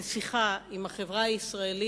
להיות